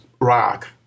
rock